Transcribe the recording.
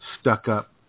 stuck-up